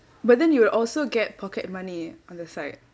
but then you will also get pocket money on the side